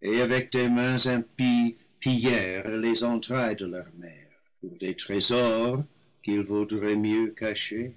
et avec des mains impies pillèrent les entrailles de leur mère pour des trésors qu'il vaudrait mieux cacher